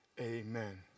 amen